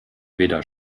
weder